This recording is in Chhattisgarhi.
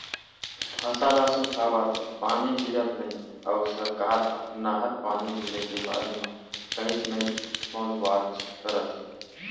फसल ह सुखावत हे, पानी गिरत नइ हे अउ सरकार ह नहर पानी ढिले के बारे म कहीच नइ सोचबच करत हे